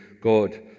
God